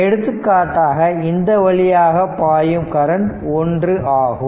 எடுத்துக்காட்டாக இந்த வழியாக பாயும் கரண்ட் i ஆகும்